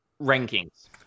rankings